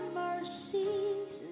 mercies